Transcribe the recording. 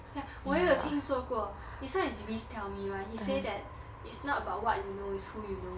ya 我也有听说过 this one is reece tell me [one] he say that it's not about what you know is who you know